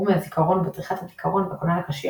ומהזיכרון וצריכת הזיכרון בכונן הקשיח